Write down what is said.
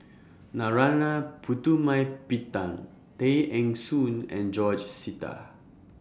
Narana Putumaippittan Tay Eng Soon and George Sita